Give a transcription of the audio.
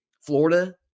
Florida